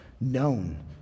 known